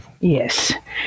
Yes